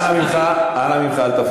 איך נותנים לכאלה שקרים?